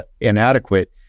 inadequate